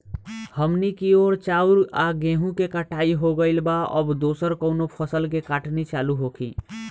हमनी कियोर चाउर आ गेहूँ के कटाई हो गइल बा अब दोसर कउनो फसल के कटनी चालू होखि